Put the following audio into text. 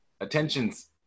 attention's